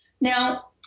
Now